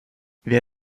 wer